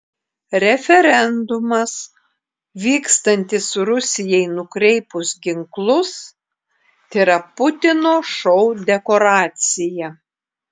referendumas vykstantis rusijai nukreipus ginklus tėra putino šou dekoracija